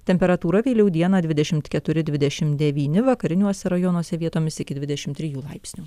temperatūra vėliau dieną dvidešimt keturi dvidešimt devyni vakariniuose rajonuose vietomis iki dvidešimt trijų laipsnių